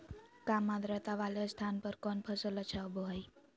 काम आद्रता वाले स्थान पर कौन फसल अच्छा होबो हाई?